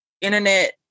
Internet